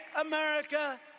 America